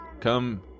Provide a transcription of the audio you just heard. come